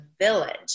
village